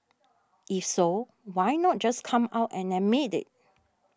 if so why not just come out and admit it